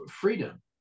freedom